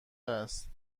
است